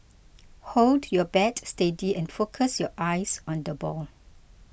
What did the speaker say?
hold your bat steady and focus your eyes on the ball